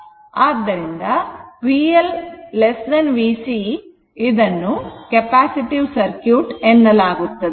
VL VCಆದುದರಿಂದ ಇದನ್ನು capacitive circuit ಎನ್ನಲಾಗುತ್ತದೆ